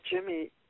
Jimmy